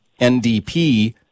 NDP